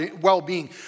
well-being